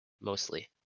mostly